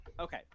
okay